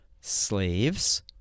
slaves